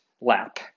lap